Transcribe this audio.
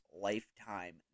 lifetime